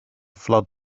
flood